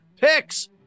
Picks